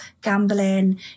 gambling